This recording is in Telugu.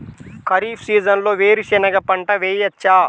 ఖరీఫ్ సీజన్లో వేరు శెనగ పంట వేయచ్చా?